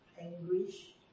anguish